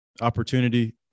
opportunity